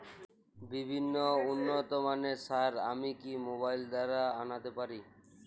বিভিন্ন উন্নতমানের সার আমি কি মোবাইল দ্বারা আনাতে পারি?